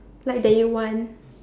like that you want